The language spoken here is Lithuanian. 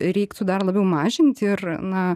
reiktų dar labiau mažint ir na